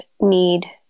need